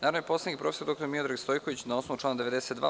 Narodni poslanik prof. dr Miodrag Stojković, na osnovu člana 92.